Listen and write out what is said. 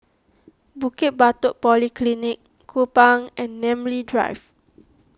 Bukit Batok Polyclinic Kupang and Namly Drive